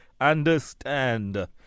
understand